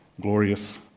glorious